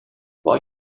boy